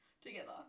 together